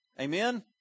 Amen